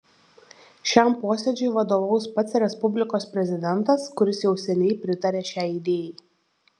šiam posėdžiui vadovaus pats respublikos prezidentas kuris jau seniai pritaria šiai idėjai